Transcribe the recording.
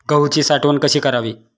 गहूची साठवण कशी करावी?